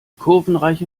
kurvenreiche